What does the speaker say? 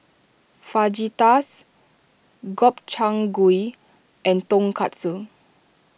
Fajitas Gobchang Gui and Tonkatsu